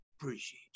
Appreciate